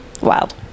wild